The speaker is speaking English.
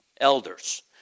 elders